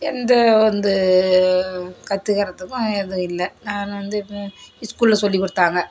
எந்த வந்து கற்றுக்கிறதுக்கும் எதுவும் இல்லை நான் வந்து இப்போ இஸ்கூலில் சொல்லிக் கொடுத்தாங்க